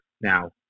Now